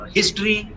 History